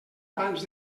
abans